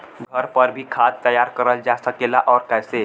घर पर भी खाद तैयार करल जा सकेला और कैसे?